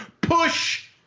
Push